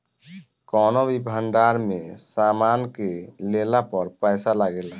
कौनो भी भंडार में सामान के लेला पर पैसा लागेला